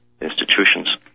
institutions